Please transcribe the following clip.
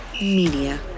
Media